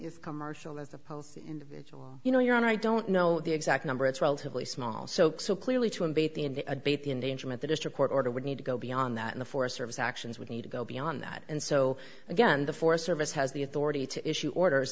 honey commercial as opposed to individual you know your own i don't know the exact number it's relatively small so clearly to invite the into a debate the endangerment the district court order would need to go beyond that in the forest service actions would need to go beyond that and so again the forest service has the authority to issue orders